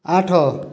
ଆଠ